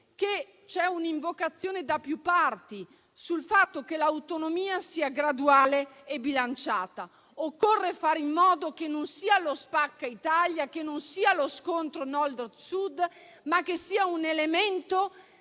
che c'è un'invocazione da più parti sul fatto che l'autonomia sia graduale e bilanciata. Occorre fare in modo che non sia lo spacca-Italia, né lo scontro Nord-Sud, ma un elemento